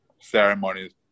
ceremonies